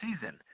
season